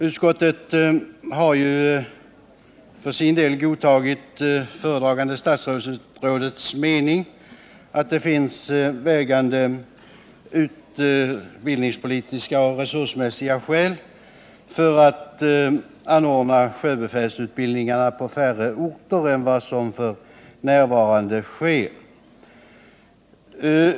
Utskottet har ju för sin del godtagit föredragande statsrådets mening att det finns vägande utbildningspolitiska och resursmässiga skäl för att anordna sjöbefälsutbildningarna på färre orter än f.n.